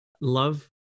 love